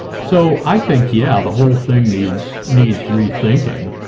so i think, yeah, the whole thing needs needs rethinking.